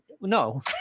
No